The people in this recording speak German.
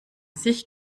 sich